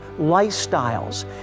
lifestyles